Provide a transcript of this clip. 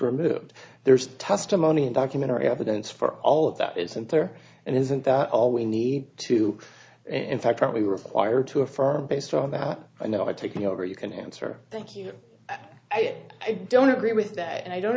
removed there's testimony documentary evidence for all of that isn't there and isn't that all we need to in fact probably require to affirm based on that i know i've taken over you can answer thank you i don't agree with that and i don't